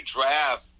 draft